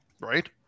Right